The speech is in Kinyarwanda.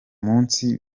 munsi